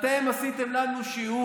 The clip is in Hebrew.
אתם עשיתם לנו שיעור.